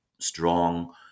strong